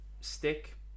stick